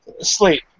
Sleep